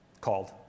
called